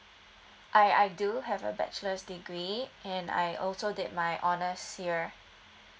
I I do have a bachelor's degree and I also did my honors here